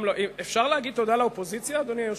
אפשר להגיד תודה לאופוזיציה, אדוני היושב-ראש?